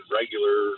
regular